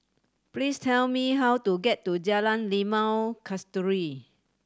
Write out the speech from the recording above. please tell me how to get to Jalan Limau Kasturi